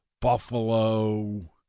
Buffalo